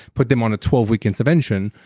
put them on a twelve week intervention.